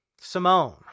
Simone